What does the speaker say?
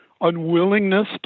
unwillingness